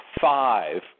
five